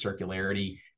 circularity